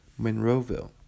Monroeville